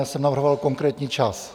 Já jsem navrhoval konkrétní čas.